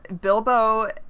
Bilbo